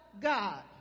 God